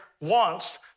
wants